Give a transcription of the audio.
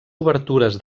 obertures